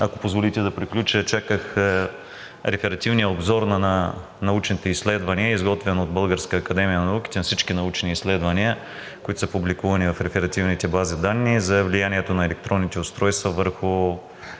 Ако позволите да приключа? …чаках реферативния обзор на научните изследвания, изготвен от Българската академия на науките, на всички научни изследвания, които са публикувани в реферативните бази данни, за влиянието на електронните устройства върху